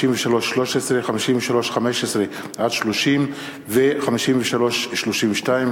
53(13), 53(15)-(30) ו-53(32).